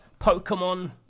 Pokemon